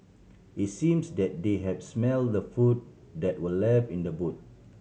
it's seems that they had smelt the food that were left in the boot